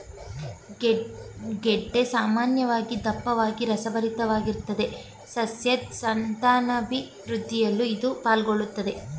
ಗೆಡ್ಡೆ ಸಾಮಾನ್ಯವಾಗಿ ದಪ್ಪವಾಗಿ ರಸಭರಿತವಾಗಿರ್ತದೆ ಸಸ್ಯದ್ ಸಂತಾನಾಭಿವೃದ್ಧಿಯಲ್ಲೂ ಇದು ಪಾಲುಗೊಳ್ಳುತ್ದೆ